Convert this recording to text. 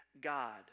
God